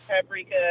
paprika